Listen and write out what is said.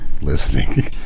listening